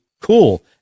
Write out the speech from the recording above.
cool